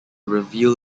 reveal